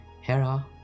Hera